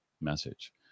message